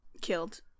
Killed